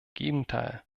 gegenteil